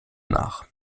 nach